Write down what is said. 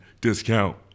discount